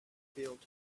field